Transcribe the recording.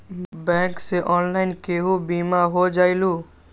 Bank से online केहु बिमा हो जाईलु?